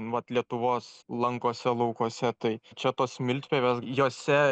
vat lietuvos lankose laukuose tai čia tos smiltpievės jose